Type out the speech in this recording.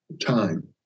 time